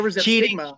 cheating